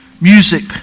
music